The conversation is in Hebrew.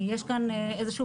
כי יש כאן בלגן.